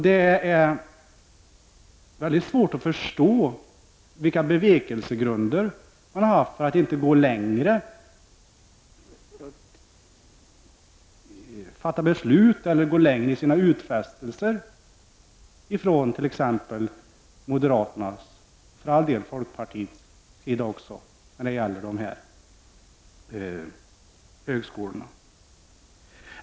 Det är väldigt svårt att förstå vilka bevekelsegrunder man har haft för att inte gå längre i sina utfästelser inom t.ex. moderaterna, för all del även inom folkpartiet, när det gäller dessa högskolor.